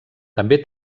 també